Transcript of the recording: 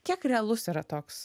kiek realus yra toks